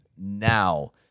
now